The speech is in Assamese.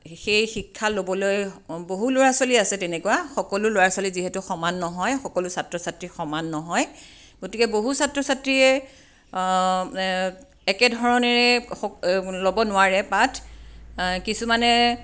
সেই শিক্ষা ল'বলৈ বহু ল'ৰা ছোৱালী আছে তেনেকুৱা সকলো ল'ৰা ছোৱালী যিহেতু সমান নহয় সকলো ছাত্ৰ ছাত্ৰী সমান নহয় গতিকে বহু ছাত্ৰ ছাত্ৰীয়ে একেধৰণেৰে সক ল'ব নোৱাৰে পাঠ কিছুমানে